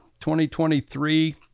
2023